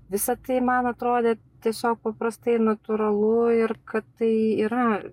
visa tai man atrodė tiesiog paprastai natūralu ir kad tai yra